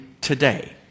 today